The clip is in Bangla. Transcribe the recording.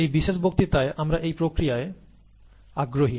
এই বিশেষ বক্তৃতায় আমরা এই প্রক্রিয়ায় আগ্রহী